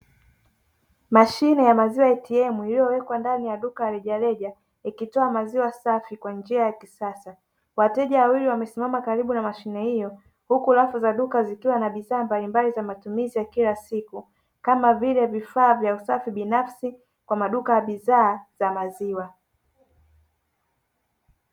Mashine ya maziwa"ATM" iliyowekwa ndani ya duka la rejareja ikitoa maziwa safi kwa njia ya kisasa. Wateja wawili wamesimama karibu na mashine hiyo. Huku rafu za duka zikiwa na bidhaa mbalimbali za matumizi ya kila siku kama vile:vifaa vya usafi binafsi kwa maduka ya maziwa.